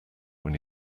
when